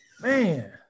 man